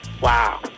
Wow